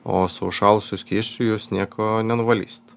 o su užšąlusiu skysčiu jūs nieko nenuvalysit